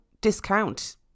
discount